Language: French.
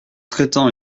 traitant